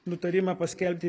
nutarimą paskelbti